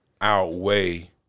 outweigh